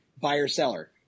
Buyer-seller